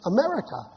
America